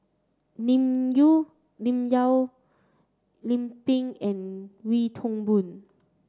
Lim Lim Yau Lim Pin and Wee Toon Boon